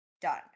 done